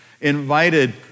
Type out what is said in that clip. invited